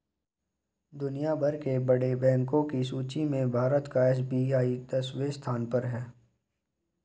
दुनिया भर के बड़े बैंको की सूची में भारत का एस.बी.आई दसवें स्थान पर है